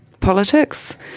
politics